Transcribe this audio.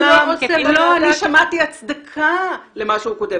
אני שמעתי הצדקה למה שהוא כותב.